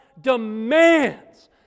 demands